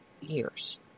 years